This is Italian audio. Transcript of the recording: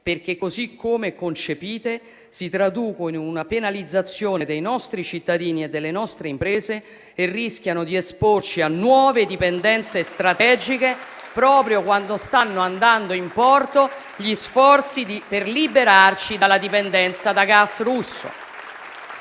perché, così come concepite, si traducono in una penalizzazione dei nostri cittadini e delle nostre imprese e rischiano di esporci a nuove dipendenze strategiche, proprio quando stanno andando in porto gli sforzi per liberarci dalla dipendenza dal gas russo.